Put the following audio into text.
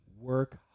work